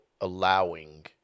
allowing